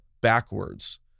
backwards